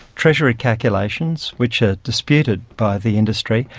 treasury calculations, which are disputed by the industry,